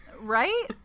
right